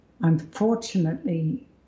Unfortunately